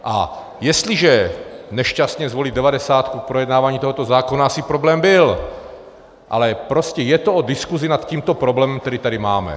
A jestliže nešťastně zvolit devadesátku v projednávání tohoto zákona asi problém byl, ale prostě je to o diskusi nad tímto problémem, který tady máme.